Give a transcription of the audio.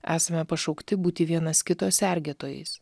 esame pašaukti būti vienas kito sergėtojais